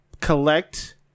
collect